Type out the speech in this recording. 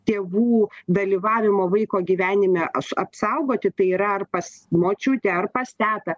tėvų dalyvavimo vaiko gyvenime aš apsaugoti tai yra ar pas močiutę ar pas tetą